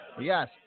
Yes